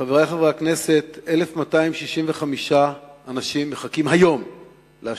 חברי חברי הכנסת, 1,256 אנשים מחכים היום להשתלה.